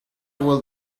will